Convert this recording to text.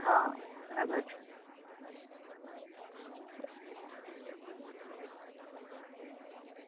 હ હેબજ